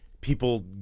people